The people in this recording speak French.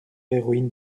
héroïne